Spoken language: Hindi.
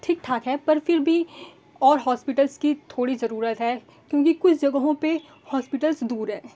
ठीक ठाक है पर फिर भी और हॉस्पिटल्स की थोड़ी ज़रूरत है क्योंकि कुछ जगहों पे हॉस्पिटल्स दूर है